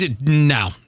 No